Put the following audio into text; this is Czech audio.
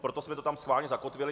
Proto jsme to tam schválně zakotvili.